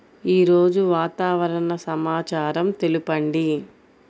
ఈరోజు వాతావరణ సమాచారం తెలుపండి